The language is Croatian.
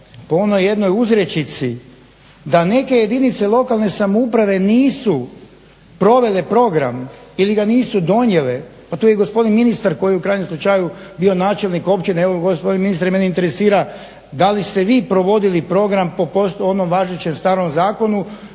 po onoj jednoj uzrečici da neke jedinice lokalne samouprave nisu provele program ili ga nisu donijele. Pa tu je i gospodin ministar koji u krajnjem slučaju bio načelnik općine. Evo gospodine ministre mene interesira da li ste vi provodili program po onom važećem starom zakonu